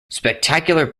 spectacular